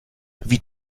wie